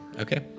Okay